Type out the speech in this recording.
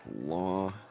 law